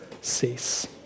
cease